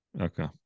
Okay